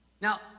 Now